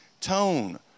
tone